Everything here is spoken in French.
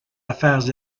affaires